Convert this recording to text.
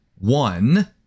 one